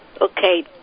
Okay